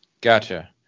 Gotcha